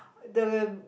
the